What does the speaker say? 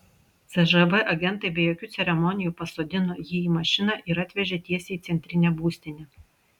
cžv agentai be jokių ceremonijų pasodino jį į mašiną ir atvežė tiesiai į centrinę būstinę